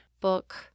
book